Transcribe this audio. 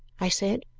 i said.